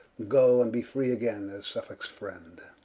go, and be free againe, as suffolkes friend.